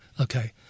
Okay